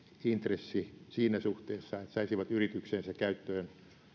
intressi siinä suhteessa että saisivat yrityksensä käyttöön